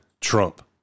Trump